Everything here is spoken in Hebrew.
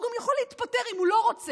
שהוא גם יכול להתפטר אם הוא לא רוצה.